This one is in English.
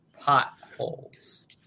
potholes